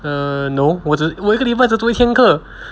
err no 我只我一个礼拜只读一天课